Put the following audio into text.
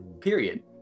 period